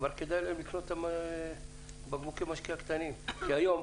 כבר כדאי להם לקנות את בקבוקי המשקה הקטנים כי היום,